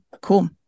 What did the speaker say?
Cool